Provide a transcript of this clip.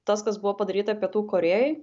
tas kas buvo padaryta pietų korėjoj